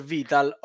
Vital